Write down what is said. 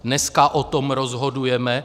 Dneska o tom rozhodujeme.